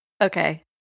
Okay